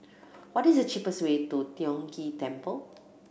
what is the cheapest way to Tiong Ghee Temple